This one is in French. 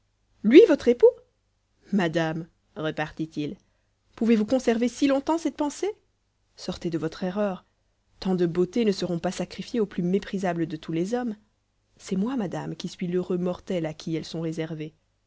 lui votre époux madame repartit il pouvez-vous conserver si longtemps cette pensée sortez de votre erreur tant de beautés ne seront pas sacrifiées au plus méprisable de tous les hommes c'est moi madame qui suis l'heureux mortel à qui elles sont réservées